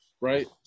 right